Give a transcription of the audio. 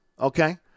okay